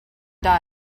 die